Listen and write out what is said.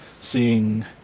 seeing